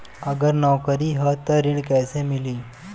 अगर नौकरी ह त ऋण कैसे मिली?